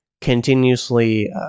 continuously